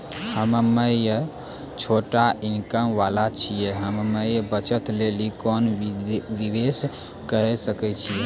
हम्मय छोटा इनकम वाला छियै, हम्मय बचत लेली कोंन निवेश करें सकय छियै?